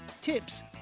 tips